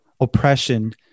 oppression